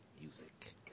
Music